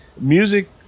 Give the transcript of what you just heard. Music